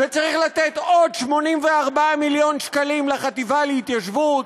וצריך לתת עוד 84 מיליון שקלים לחטיבה להתיישבות.